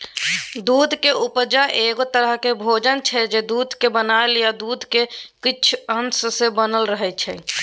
दुधक उपजा एक तरहक भोजन छै जे दुधक बनल या दुधक किछ अश सँ बनल रहय छै